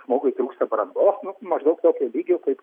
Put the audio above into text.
žmogui trūksta brandos maždaug tokio lygio kaip